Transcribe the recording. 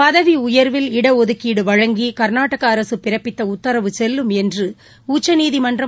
பதவிஉயா்வில் இடஒதக்கீடுவழங்கிகா்நாடகஅரசுபிறப்பித்தஉத்தரவு செல்லும் என்றுஉச்சநீதிமன்றம்